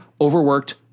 overworked